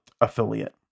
affiliate